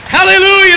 Hallelujah